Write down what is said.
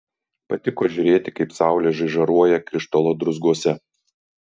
patiko žiūrėti kaip saulė žaižaruoja krištolo druzguose